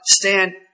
stand